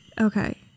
Okay